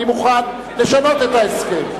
אני מוכן לשנות את ההסכם.